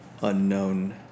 Unknown